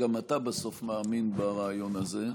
שגם אתה בסוף מאמין ברעיון הזה.